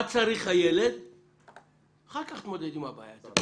מה צריך הילד ואחר כך תתמודד עם הבעיה התקציבית.